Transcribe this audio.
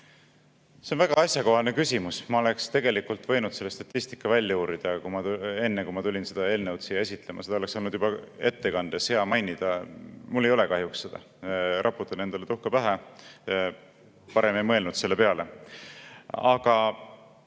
See on väga asjakohane küsimus. Ma oleksin tegelikult võinud selle statistika välja uurida enne, kui ma tulin seda eelnõu siia esitlema. Seda oleks olnud ettekandes hea mainida. Mul ei ole kahjuks seda. Raputan endale tuhka pähe. Varem ei mõelnud selle peale. Aga